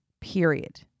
period